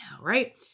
right